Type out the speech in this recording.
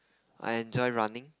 I enjoy running